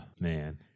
man